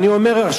ואני אומר,